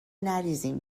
نریزیم